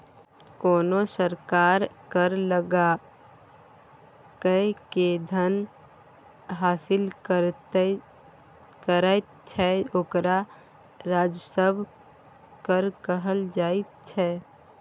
कोनो सरकार कर लगाकए जे धन हासिल करैत छै ओकरा राजस्व कर कहल जाइत छै